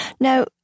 Now